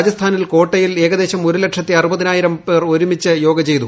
രാജസ്ഥാനിൽ കോട്ടയിൽ ഏകദേശം ഒരു ലക്ഷത്തി അറുപതിനായിരം ആളുകൾ ഒരുമിച്ച് യോഗ ചെയ്തു